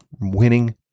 winning